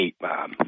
Bob